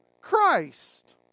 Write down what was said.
Christ